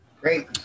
Great